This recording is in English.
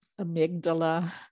amygdala